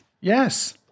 Yes